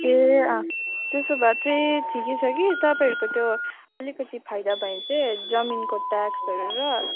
ए त्यसो भए चाहिँ ठिकै छ कि तपाईँहरूको त्यो अलिकति फाइदा भए चाहिँ जमिनको ट्याक्सहरू र